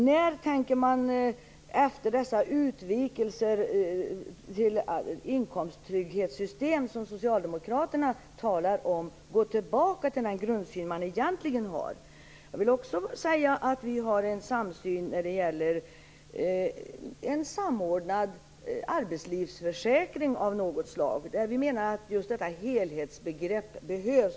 När tänker man efter dessa utvikningar till det inkomsttrygghetssystem som Socialdemokraterna talar om gå tillbaka till den grundsyn man egentligen har? Vi har en samsyn när det gäller en samordnad arbetslivsförsäkring av något slag, där vi menar att just detta helhetsbegrepp behövs.